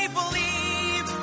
believe